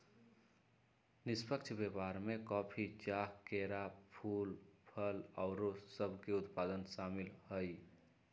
निष्पक्ष व्यापार में कॉफी, चाह, केरा, फूल, फल आउरो सभके उत्पाद सामिल हइ